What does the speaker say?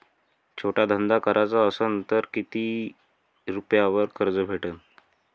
छोटा धंदा कराचा असन तर किती रुप्यावर कर्ज भेटन?